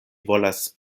volas